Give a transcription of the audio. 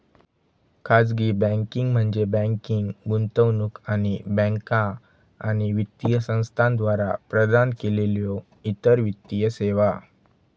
खाजगी बँकिंग म्हणजे बँकिंग, गुंतवणूक आणि बँका आणि वित्तीय संस्थांद्वारा प्रदान केलेल्यो इतर वित्तीय सेवा